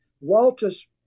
Walter's